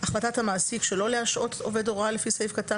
החלטת המעסיק שלא להשעות עובד הוראה לפי סעיף קטן